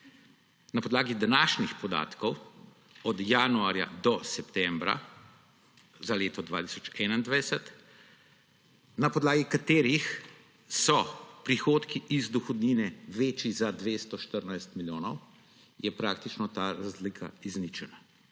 Na podlagi današnjih podatkov od januarja do septembra za leto 2021, na podlagi katerih so prihodki iz dohodnine večji za 214 milijonov, je praktično ta razlika izničena.